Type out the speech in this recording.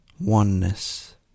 Oneness